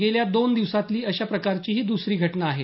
गेल्या दोन दिवसांतली अशा प्रकारची ही दुसरी घटना आहे